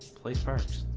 place parks